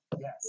Yes